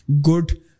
good